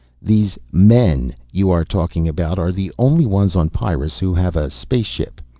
these men you are talking about are the only ones on pyrrus who have a spaceship.